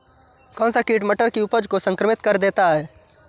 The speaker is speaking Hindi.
कौन सा कीट मटर की उपज को संक्रमित कर देता है?